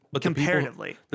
Comparatively